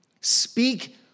Speak